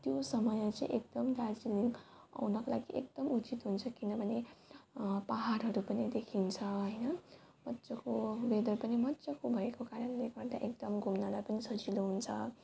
त्यो समय चाहिँ एकदम दार्जिलिङ आउनुको लागि एकदम उचित हुन्छ किनभने पहाडहरू पनि देखिन्छ होइन मजाको वेदर पनि मजाको भएको कारणले गर्दा एकदम घुम्नलाई पनि सजिलो हुन्छ